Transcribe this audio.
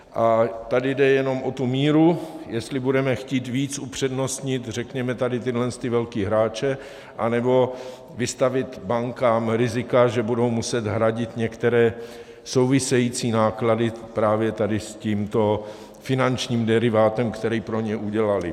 A tady jde jenom o tu míru, jestli budeme chtít víc upřednostnit, řekněme, tyto velké hráče, anebo vystavit bankám rizika , že budou muset hradit některé související náklady právě s tímto finančním derivátem, který pro ně udělaly.